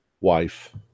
wife